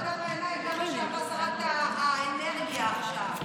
עבודה בעיניים זה מה שאמרה שרת האנרגיה עכשיו.